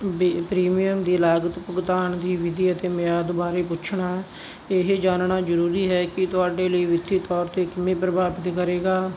B premium ਦੀ ਲਾਗਤ ਭੁਗਤਾਨ ਦੀ ਵਿਧੀ ਅਤੇ ਮਿਆਦ ਬਾਰੇ ਪੁੱਛਣਾ ਇਹ ਜਾਣਨਾ ਜ਼ਰੂਰੀ ਹੈ ਕਿ ਤੁਹਾਡੇ ਲਈ ਵਿੱਤੀ ਤੌਰ 'ਤੇ ਕਿਵੇਂ ਪ੍ਰਭਾਵਿਤ ਕਰੇਗਾ